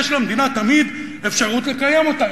יש למדינה תמיד אפשרות לקיים אותה.